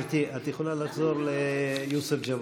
גברתי, את יכולה, ליוסף ג'בארין.